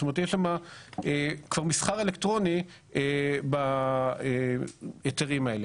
זאת אומרת יש שם כבר מסחר אלקטרוני בהיתרים האלה.